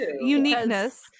uniqueness